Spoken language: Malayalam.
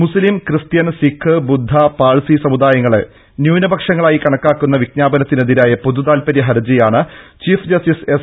മുസ്ലിം ക്രിസ്റ്റ്യൻ സിഖ് ബുദ്ധ പാഴ്സി സമുദായങ്ങളെ ന്യൂനപക്ഷങ്ങളായി കണക്കാക്കുന്ന വിജ്ഞാപനത്തിനെതിരായ പൊതുതാൽപര്യ ഹർജിയാണ് ചീഫ് ജസ്റ്റിസ് എസ്